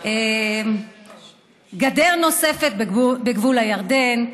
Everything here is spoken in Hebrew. גדר נוספת בגבול ירדן.